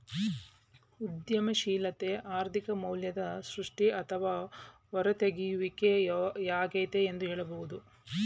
ಉದ್ಯಮಶೀಲತೆ ಆರ್ಥಿಕ ಮೌಲ್ಯದ ಸೃಷ್ಟಿ ಅಥವಾ ಹೂರತೆಗೆಯುವಿಕೆ ಯಾಗೈತೆ ಎಂದು ಹೇಳಬಹುದು